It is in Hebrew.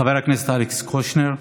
חבר הכנסת אלכס קושניר.